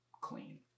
clean